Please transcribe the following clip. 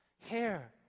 Hair